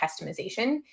customization